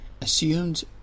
assumed